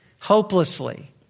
hopelessly